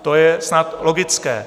To je snad logické.